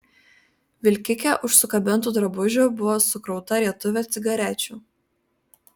vilkike už sukabintų drabužių buvo sukrauta rietuvė cigarečių